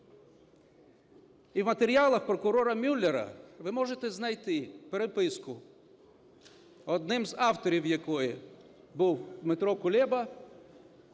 І в матеріалах прокурора Мюллера ви можете знайти переписку, одним із авторів якої був Дмитро Кулеба,